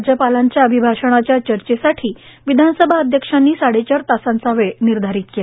राज्यपालांच्या अभिभाषणाच्या चर्चेसाठी विधानसभा अध्यक्षांनी साडेचार तासांचा वेळ निर्धारित केला